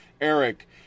Eric